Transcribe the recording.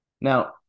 Now